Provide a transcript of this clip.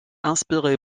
inspiré